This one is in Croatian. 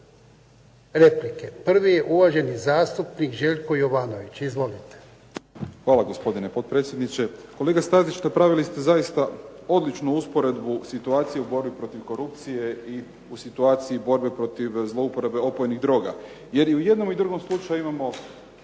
replike. Prvi je uvaženi zastupnik Željko Jovanović. Izvolite. **Jovanović, Željko (SDP)** Hvala gospodine potpredsjedniče. Kolega Stazić napravili ste zaista odličnu usporedbu u situaciji borbe protiv korupcije i situaciji borbe protiv zlouporabe opojnih droga. Jer i u jednom i drugom slučaju imamo